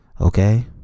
okay